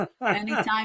Anytime